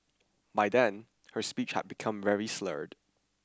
by then her speech had become very slurred